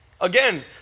Again